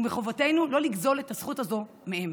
ומחובתנו לא לגזול את הזכות הזאת מהם.